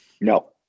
No